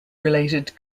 related